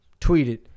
tweeted